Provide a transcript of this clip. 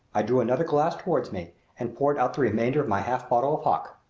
i drew another glass toward me and poured out the remainder of my half-bottle of hock.